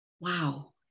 wow